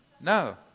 No